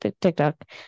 TikTok